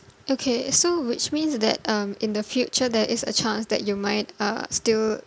okay so which means that um in the future there is a chance that you might uh still